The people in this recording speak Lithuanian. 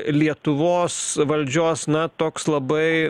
lietuvos valdžios na toks labai